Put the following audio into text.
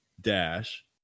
dash